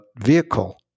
vehicle